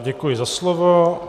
Děkuji za slovo.